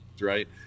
right